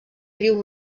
riu